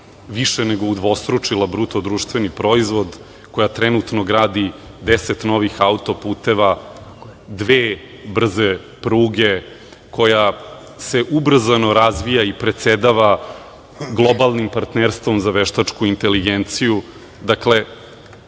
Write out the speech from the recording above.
više nego udvostručila BDP, koja trenutno gradi 10 novih autoputeva, dve brze pruge koja se ubrzano razvija i predsedava globalnim partnerstvom za veštačku inteligenciju. Dakle,